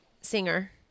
singer